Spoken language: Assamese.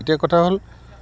এতিয়া কথা হ'ল